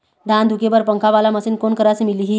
धान धुके बर पंखा वाला मशीन कोन करा से मिलही?